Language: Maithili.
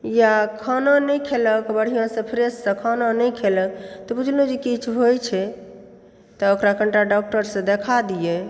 या खाना नहि खेलक बढिआँसँ फ्रेशसँ खाना नहि खेलक तऽ बुझलहुँ जे किछु होयत छै तऽ ओकरा कनीटा डॉक्टरसँ देखा दियै